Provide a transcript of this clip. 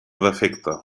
defecte